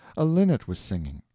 a linnet was singing.